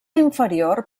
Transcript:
inferior